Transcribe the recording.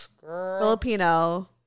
Filipino